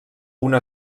una